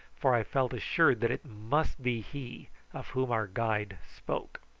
for i felt assured that it must be he of whom our guide spoke.